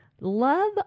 Love